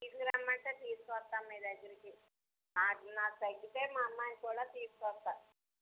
తీసుకురమ్మంటే తీసుకొస్తాం మీదగ్గరికి నాకు తగ్గితే మా అమ్మాయిని కూడా తీసుకొస్తాను